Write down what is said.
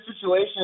situation